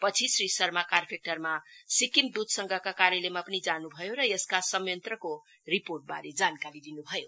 पछि श्री शर्मा कार्फेक्टारमा सिक्किम दुध संघका कार्यलायमा पनि जामुभयो र त्यसका सयात्रको रिपोर्टवारे जानकारी लिनु भयो